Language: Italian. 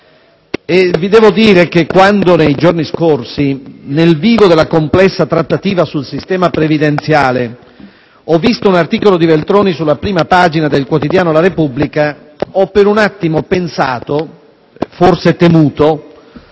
Democratico. Quando nei giorni scorsi, nel vivo della complessa trattativa sul sistema previdenziale, ho visto un articolo di Veltroni sulla prima pagina del quotidiano «la Repubblica», ho per un attimo pensato ‑ forse temuto